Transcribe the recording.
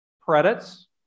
credits